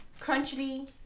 crunchy